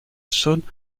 zone